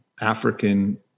African